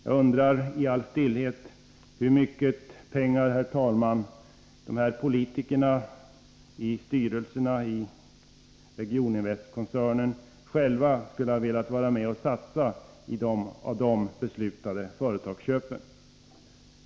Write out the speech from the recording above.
Jag undrar i all stillhet hur mycket pengar de här politikerna i styrelserna i Regioninvestkoncernen själva skulle ha velat satsa i de av dem beslutade företagsköpen.